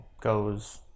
goes